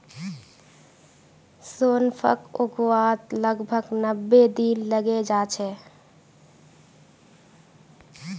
सौंफक उगवात लगभग नब्बे दिन लगे जाच्छे